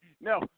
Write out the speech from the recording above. No